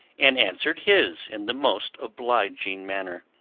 and answered his in the most obliging manner.